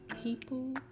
people